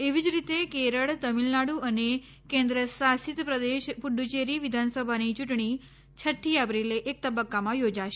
એવી જ રીતે કેરળ તમિલનાડુ અને કેન્દ્રશાસિત પ્રદેશ પુદુ ચેરી વિધાનસભાની યૂંટણી છઠ્ઠી એપ્રિલે એક તબક્કામાં યોજાશે